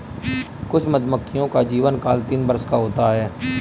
कुछ मधुमक्खियों का जीवनकाल तीन वर्ष का होता है